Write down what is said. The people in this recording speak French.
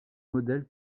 modèle